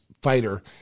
fighter